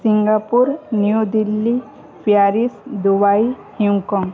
Singapore New Delhi Paris Dubai Hong Kong